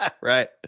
right